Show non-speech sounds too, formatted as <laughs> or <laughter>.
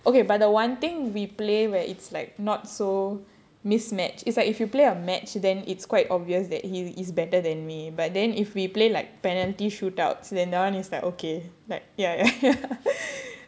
okay but the one thing we play where it's like not so mismatch it's like if you play a match then it's quite obvious that he is better than me but then if we play like penalty shootouts then that one is like okay like ya <laughs>